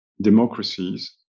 democracies